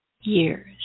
years